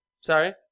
Sorry